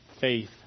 faith